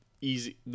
easy